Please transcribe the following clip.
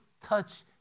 touch